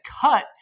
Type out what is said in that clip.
cut